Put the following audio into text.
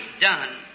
done